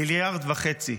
1.5 מיליארד,